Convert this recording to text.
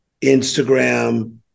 Instagram